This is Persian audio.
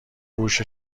گوش